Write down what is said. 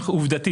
עובדתית,